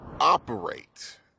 operate